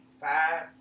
Five